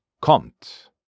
kommt